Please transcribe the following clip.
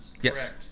yes